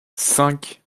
cinq